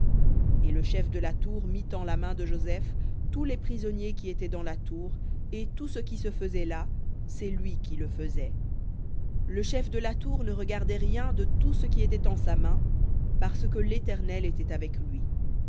et le chef de la tour mit en la main de joseph tous les prisonniers qui étaient dans la tour et tout ce qui se faisait là c'est lui qui le faisait le chef de la tour ne regardait rien de tout ce qui était en sa main parce que l'éternel était avec lui